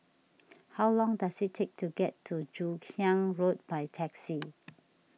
how long does it take to get to Joon Hiang Road by taxi